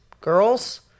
girls